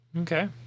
Okay